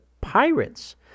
Pirates